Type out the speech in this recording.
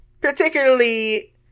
Particularly